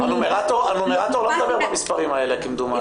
הנומרטור כמדומני לא מדבר במספרים האלה.